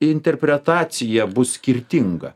interpretacija bus skirtinga